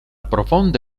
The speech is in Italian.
profonda